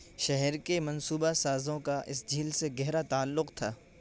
شہر کے منصوبہ سازوں کا اس جھیل سے گہرا تعلق تھا